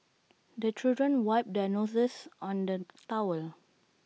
the children wipe their noses on the towel